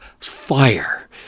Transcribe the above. fire